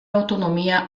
autonomia